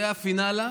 זה הפינאלה.